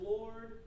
Lord